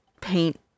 paint